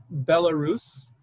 Belarus